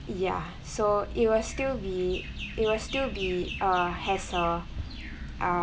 ya so it will still be it will still be a hassle err